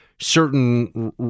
certain